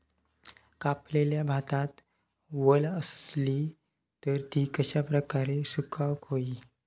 कापलेल्या भातात वल आसली तर ती कश्या प्रकारे सुकौक होई?